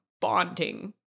bonding